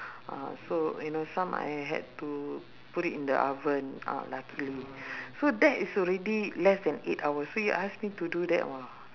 ah so you know some I had to put it in the oven ah luckily so that is already less than eight hours so you ask me to do that !wah!